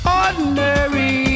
ordinary